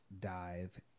dive